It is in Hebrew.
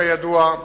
כידוע,